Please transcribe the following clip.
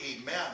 Amen